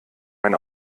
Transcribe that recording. mein